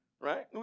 right